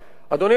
אדוני היושב-ראש,